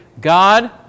God